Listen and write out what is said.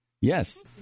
Yes